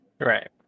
Right